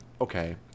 okay